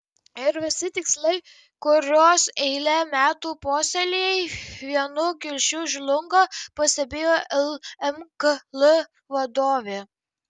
ir visi tikslai kuriuos eilę metų puoselėjai vienu kirčiu žlunga pastebėjo lmkl vadovė